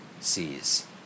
sees